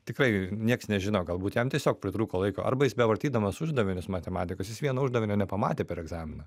tikrai nieks nežino galbūt jam tiesiog pritrūko laiko arba jis bevartydamas uždavinius matematikos jis vieno uždavinio nepamatė per egzaminą